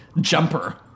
Jumper